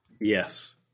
Yes